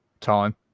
time